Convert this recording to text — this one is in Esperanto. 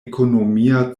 ekonomia